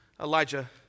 Elijah